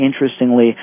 interestingly